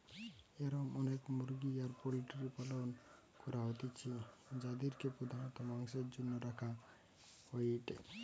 এরম অনেক মুরগি আর পোল্ট্রির পালন করা হইতিছে যাদিরকে প্রধানত মাংসের জন্য রাখা হয়েটে